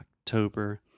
October